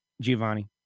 Giovanni